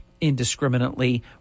indiscriminately